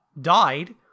died